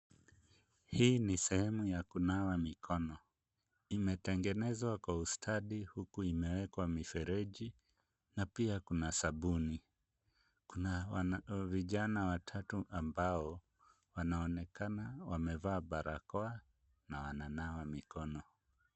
Hii ni sehemu ya kunawa mikono. Imetengenezwa kwa ustadi huku imewekwa mifereji na pia kuna sabuni. Kuna wanavijana watatu ambao wanaonekana wamevaa barakoa na wananawa mikono.